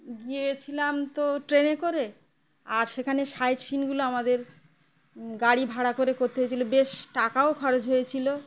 গিয়েছিলাম তো ট্রেনে করে আর সেখানে সাইট সিনগুলো আমাদের গাড়ি ভাড়া করে করতে হয়েছিল বেশ টাকাও খরচ হয়েছিল